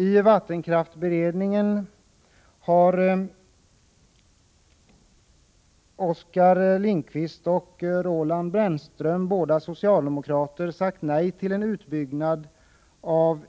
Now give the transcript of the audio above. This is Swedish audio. I vattenkraftberedningen har Oskar Lindkvist och Roland Brännström, båda socialdemokrater, sagt nej till en utbyggnad av